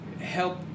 help